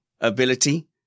ability